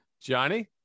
johnny